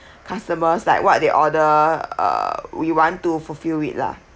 customers like what they order uh we want to fulfill it lah